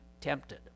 tempted